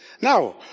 Now